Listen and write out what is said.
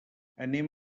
anem